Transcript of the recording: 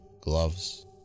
gloves